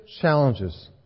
challenges